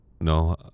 No